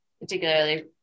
Particularly